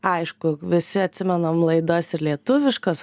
aišku visi atsimenam laidas ir lietuviškas